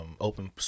open